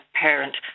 parent